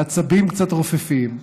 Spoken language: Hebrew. והעצבים קצת רופפים,